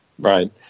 Right